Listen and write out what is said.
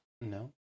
No